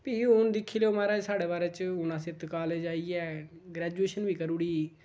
फ्ही हून दिक्खी लैओ महाराज साढ़े बारे च हून अस इत्त कॉलज आइयै ग्रैजुएशन बी करी ओड़ी